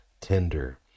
tender